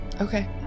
Okay